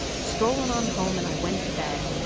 strollin' on home and i went to bed.